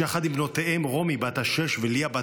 שיחד עם בנותיהם רומי בת השש וליה בת